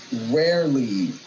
rarely